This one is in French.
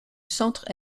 centre